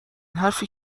حرفی